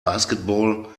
basketball